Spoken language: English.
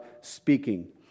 speaking